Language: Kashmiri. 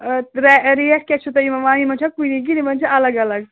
ریٚٹ کیٛاہ چھِوٕ تُہۍ یِمَن وَنان یَمن چھَنا کُنی کِنہٕ یِمَن چھِ اَلگ اَلگ